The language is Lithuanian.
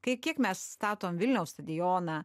kai kiek mes statom vilniaus stadioną